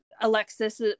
Alexis